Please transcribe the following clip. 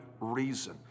reason